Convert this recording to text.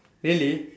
really